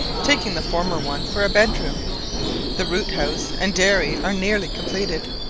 taking the former one for a bedroom the root-house and dairy are nearly completed.